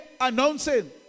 announcing